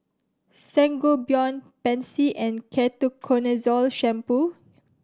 Sangobion Pansy and Ketoconazole Shampoo